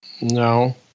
No